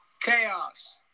chaos